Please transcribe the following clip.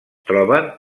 troben